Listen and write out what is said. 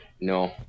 No